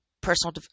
personal